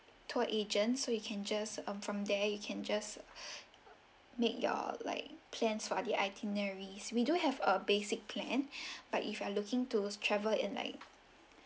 tour agent so you can just um from there you can just make your like plans for the itineraries we do have a basic plan but if you are looking to travel in like